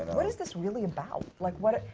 what is this really about? like what,